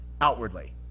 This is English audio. outwardly